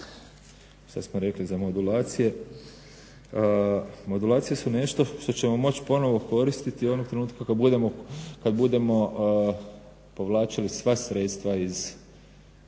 šta smo rekli za modulacije, modulacije su nešto što ćemo moći ponovno koristiti onog trenutka kad budemo povlačili sva sredstva iz